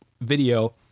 video